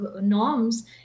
norms